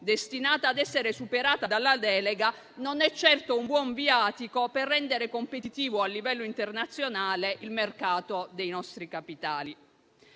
destinata ad essere superata dalla delega, non è certo un buon viatico per rendere competitivo a livello internazionale il mercato dei nostri capitali.